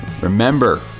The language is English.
remember